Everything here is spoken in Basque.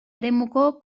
eremuko